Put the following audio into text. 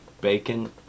bacon